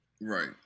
Right